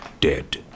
dead